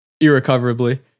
irrecoverably